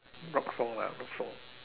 rock song lah rock song